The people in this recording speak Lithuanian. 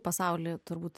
pasaulyje turbūt